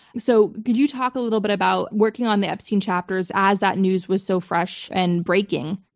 so could you talk a little bit about working on the epstein chapters as that news was so fresh and breaking?